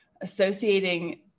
associating